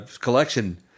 collection